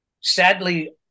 sadly